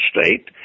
State